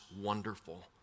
wonderful